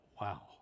wow